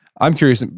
i'm curious. and